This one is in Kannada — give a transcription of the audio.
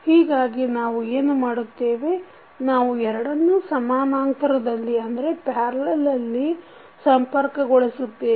ಹೀಗಾಗಿ ನಾವು ಏನು ಮಾಡುತ್ತೇವೆ ನಾವು ಎರಡನ್ನೂ ಸಮಾನಾಂತರದಲ್ಲಿ ಸಂಪರ್ಕಗೊಳಿಸುತ್ತೇವೆ